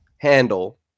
Handle